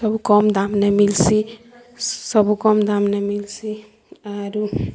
ସବୁ କମ୍ ଦାମ୍ନେ ମିଲ୍ସି ସବୁ କମ୍ ଦାମ୍ନେ ମିଲ୍ସି ଆରୁ